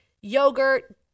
yogurt